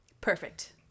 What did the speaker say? Perfect